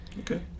Okay